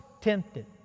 tempted